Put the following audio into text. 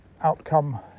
outcome